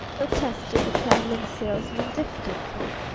protested the traveling salesman diffidently.